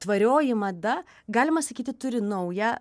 tvarioji mada galima sakyti turi naują